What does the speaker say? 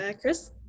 Chris